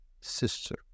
sister